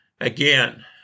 again